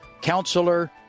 Counselor